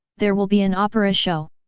there will be an opera show.